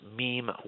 meme